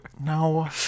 No